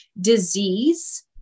Disease